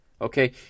okay